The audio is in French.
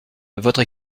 votre